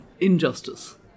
injustice